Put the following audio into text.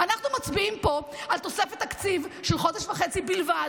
אנחנו מצביעים פה על תוספת תקציב של חודש וחצי בלבד,